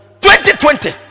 2020